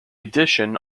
addition